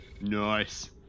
nice